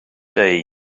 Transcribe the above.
day